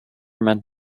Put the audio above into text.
meant